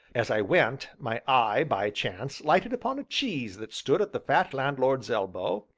as i went, my eye, by chance, lighted upon a cheese that stood at the fat landlord's elbow,